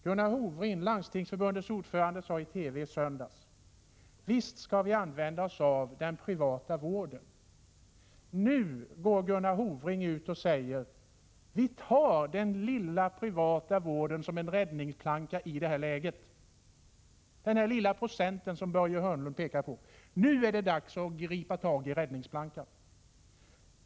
Gunnar Hofring, Landstingsförbundets ordförande, sade i TV i söndags: Visst skall vi använda oss av den privata vården. Nu går Gunnar Hofring ut och säger: Vi tar den lilla privata vården som en räddningsplanka i det här läget. Det skall jämföras med den lilla procent som Börje Hörnlund pekar på. Nu är det dags att gripa tag i räddningsplankan!